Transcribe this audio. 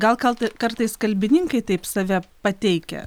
gal kaltai kartais kalbininkai taip save pateikia